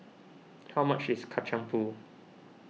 how much is Kacang Pool